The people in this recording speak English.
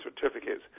certificates